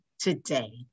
today